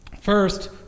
First